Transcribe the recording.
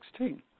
2016